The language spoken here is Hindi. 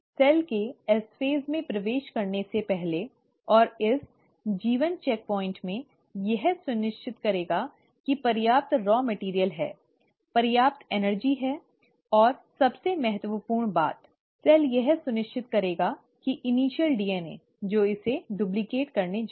सेल के एस फ़ेज़ में प्रवेश करने से पहले और इस G1 चेकपॉइंट में यह सुनिश्चित करेगा कि पर्याप्त रॉ मैटिअर्इअल है पर्याप्त ऊर्जा है और सबसे महत्वपूर्ण बात सेल यह सुनिश्चित करेगा कि प्रारंभिक डीएनए जो इसे डुप्लिकेट करने जा रहा है